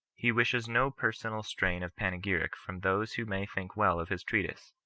he wishes no personal strain of panegyric from those who may think well of his treatise.